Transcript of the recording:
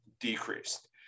decreased